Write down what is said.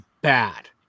bad